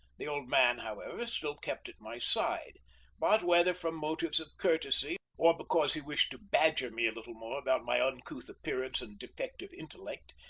the old man, however, still kept at my side but whether from motives of courtesy, or because he wished to badger me a little more about my uncouth appearance and defective intellect,